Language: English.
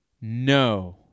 No